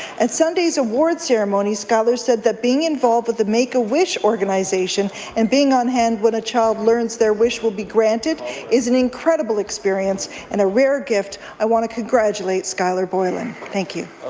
at sunday's award ceremony, skylar said being involved with the make a wish organization and being on hand when a child learns their wish will be granted is an incredible experience and a rare gift. i want to congratulate skylar boilen. thank you.